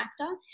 actor